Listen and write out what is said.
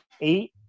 eight